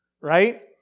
right